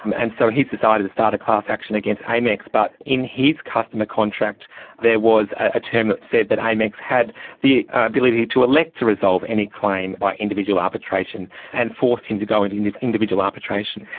and so he decided to start a class action against amex. but in his customer contract there was a term that said that amex had the ability to elect to resolve any claim by individual arbitration and forced him to go into into individual arbitration.